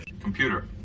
Computer